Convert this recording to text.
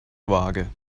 vage